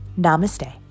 Namaste